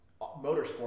motorsport